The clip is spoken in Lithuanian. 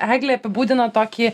eglė apibūdino tokį